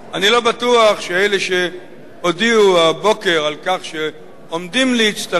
אני לא בטוח שאלה שהודיעו הבוקר על כך שעומדים להצטרף,